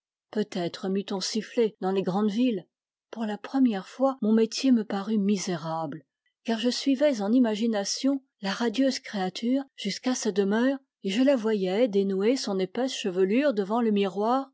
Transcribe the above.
peut-être meût on sifflé dans les grandes villes pour la première fois mon métier me parut misérable car je suivais en imagination la radieuse créature jusqu'à sa demeure et je la voyais dénouer son épaisse chevelure devant le miroir